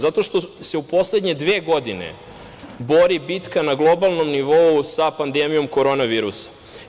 Zato što se u poslednje dve godine bori bitka na globalnom nivou sa pandemijom korona virusa.